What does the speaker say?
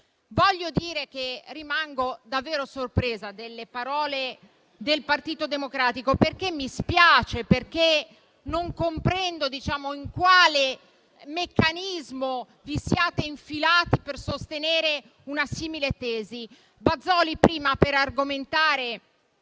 Voglio dire che rimango davvero sorpresa delle parole del Partito Democratico. Mi spiace e non comprendo in quale meccanismo vi siate infilati per sostenere una simile tesi. Il senatore Bazoli, per argomentare